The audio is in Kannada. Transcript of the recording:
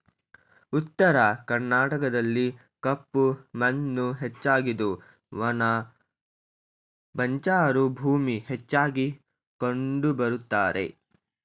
ಉತ್ತರ ಕರ್ನಾಟಕದಲ್ಲಿ ಕಪ್ಪು ಮಣ್ಣು ಹೆಚ್ಚಾಗಿದ್ದು ಒಣ ಬಂಜರು ಭೂಮಿ ಹೆಚ್ಚಾಗಿ ಕಂಡುಬರುತ್ತವೆ